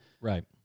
Right